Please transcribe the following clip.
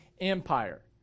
Empire